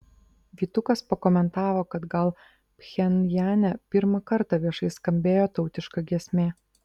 vytukas pakomentavo kad gal pchenjane pirmą kartą viešai skambėjo tautiška giesmė